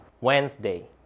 Wednesday